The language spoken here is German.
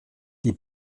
die